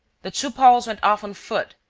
the two pals went off on foot,